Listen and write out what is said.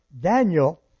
Daniel